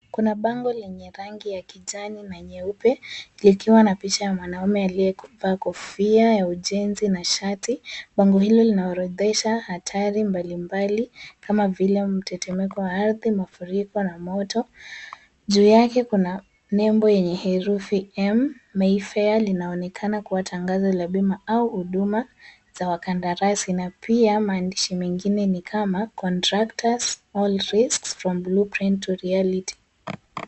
Kuna bango lenye rangi ya kijani na nyeupe zikiwa na picha ya mwanaume aliyevaa kofia ya ujenzi na shati. Bango hili linaorodhesha hatari mbalimbali kama vile mtetemeko wa ardhi, mafuriko na moto. Juu yake kuna nembo yenye herufi M Mayfair linaonekana kuwa tangazo la bima au huduma za wakandarasi na pia maandishi mengine ni kama Contractors, all risks from blue print to reality .